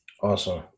awesome